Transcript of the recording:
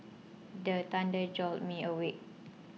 the thunder jolt me awake